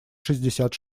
шестьдесят